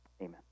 Amen